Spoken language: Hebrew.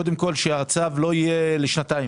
קודם כל שהצו לא יהיה לשנתיים.